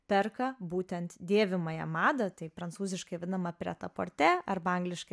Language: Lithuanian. perka būtent dėvimąją madą tai prancūziškai vadinama pretaporte arba angliškai